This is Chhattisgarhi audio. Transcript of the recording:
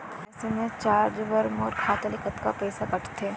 एस.एम.एस चार्ज बर मोर खाता ले कतका पइसा कटथे?